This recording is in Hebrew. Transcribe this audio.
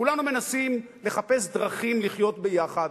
כולנו מנסים לחפש דרכים לחיות ביחד,